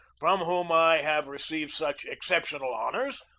from whom i have received such exceptional honors,